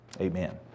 Amen